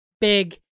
Big